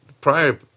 prior